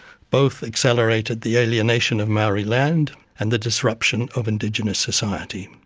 both accelerated the alienation of maori land and the disruption of indigenous society.